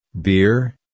beer